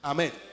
Amen